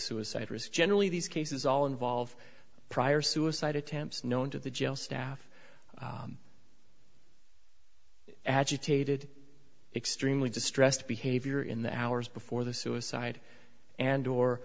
suicide risk generally these cases all involve prior suicide attempts known to the jail staff agitated extremely distressed behavior in the hours before the suicide and or